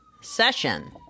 session